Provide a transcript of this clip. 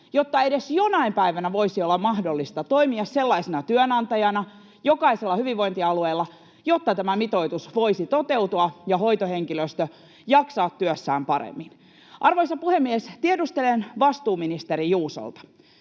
jotta edes jonain päivänä voisi olla mahdollista toimia sellaisena työnantajana jokaisella hyvinvointialueella, jotta tämä mitoitus voisi toteutua ja hoitohenkilöstö jaksaa työssään paremmin. Arvoisa puhemies! Tiedustelen vastuuministeri Juusolta: